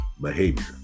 behavior